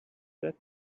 that